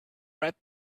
red